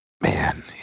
man